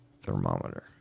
thermometer